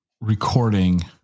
recording